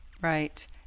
Right